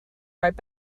right